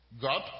God